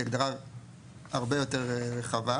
היא הגדרה הרבה יותר רחבה.